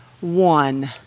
one